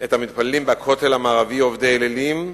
את המתפללים בכותל המערבי "עובדי אלילים"